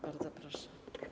Bardzo proszę.